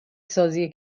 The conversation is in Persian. سازی